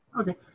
Okay